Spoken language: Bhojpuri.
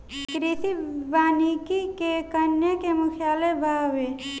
कृषि वानिकी के केन्या में मुख्यालय बावे